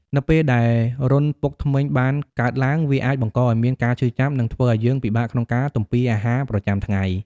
នៅពេលដែលរន្ធពុកធ្មេញបានកើតឡើង វាអាចបង្កឱ្យមានការឈឺចាប់ និងធ្វើឱ្យយើងពិបាកក្នុងការទំពារអាហារប្រចាំថ្ងៃ។